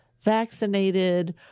vaccinated